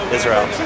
Israel